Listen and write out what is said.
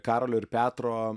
karolio ir petro